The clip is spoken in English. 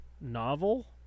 novel